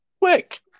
quick